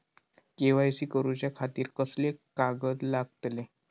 KYC करूच्या खातिर कसले कागद लागतले?